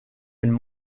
elles